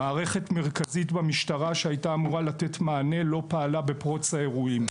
המערכת המרכזית במשטרה שהייתה אמורה לתת מענה לא פעלה בפרוץ האירועים.